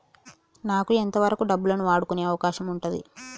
నాకు ఎంత వరకు డబ్బులను వాడుకునే అవకాశం ఉంటది?